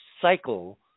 cycle